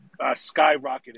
skyrocketed